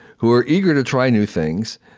who are eager to try new things.